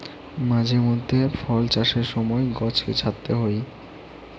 মাঝে মধ্যে ফল চাষের সময় গছকে ছাঁটতে হই